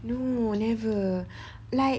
no never like